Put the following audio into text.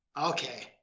Okay